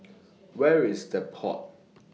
Where IS The Pod